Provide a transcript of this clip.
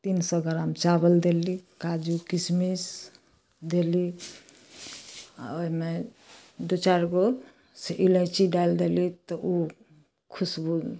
तीनसए gram चावल देली काजू किशमिश देली आओर ओहिमे दू चारिगो से इलाइची डालि देली तऽ ओ खुशबू